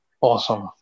awesome